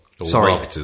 Sorry